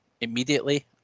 immediately